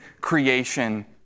creation